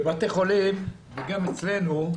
בבתי חולים וגם אצלנו,